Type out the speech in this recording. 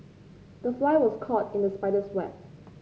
the fly was caught in the spider's web